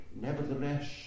nevertheless